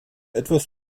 etwas